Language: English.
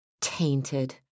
Tainted